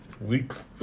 Weeks